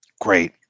Great